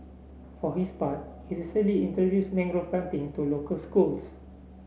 for his part he recently introduced mangrove planting to local schools